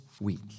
week